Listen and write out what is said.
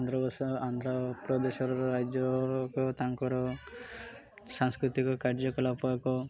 ଆନ୍ଧ୍ରପ୍ରଦେଶର ରାଜ୍ୟ ଏକ ତାଙ୍କର ସାଂସ୍କୃତିକ କାର୍ଯ୍ୟକଳାପ ଏକ